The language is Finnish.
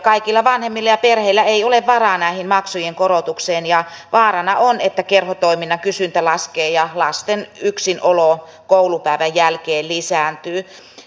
kaikilla vanhemmilla ja perheillä ei ole varaa näihin maksujen korotuksiin ja vaarana on että kerhotoiminnan kysyntä laskee ja lasten yksinolo koulupäivän jälkeen lisääntyy